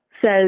says